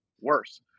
worse